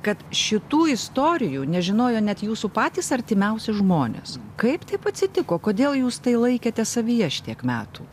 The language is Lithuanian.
kad šitų istorijų nežinojo net jūsų patys artimiausi žmonės kaip taip atsitiko kodėl jūs tai laikėte savyje šitiek metų